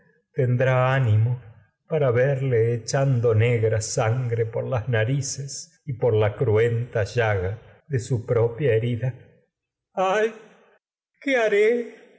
tendrá las ánimo para echando negra sangre narices y por la cruenta llaga de su propia herida ay qué haré